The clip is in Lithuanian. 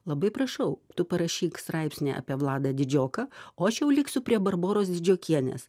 labai prašau tu parašyk straipsnį apie vladą didžioką o aš jau liksiu prie barboros didžiokienės